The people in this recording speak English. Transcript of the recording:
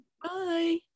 Bye